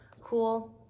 cool